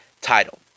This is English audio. title